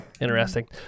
Interesting